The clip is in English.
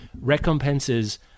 recompenses